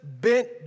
bent